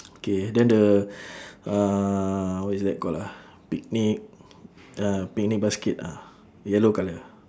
okay then the uh what is that call ah picnic uh picnic basket ah yellow colour